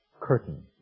curtain